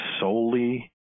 solely